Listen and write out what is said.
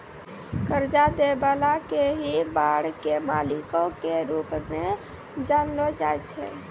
कर्जा दै बाला के ही बांड के मालिको के रूप मे जानलो जाय छै